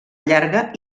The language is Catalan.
llarga